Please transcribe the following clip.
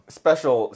special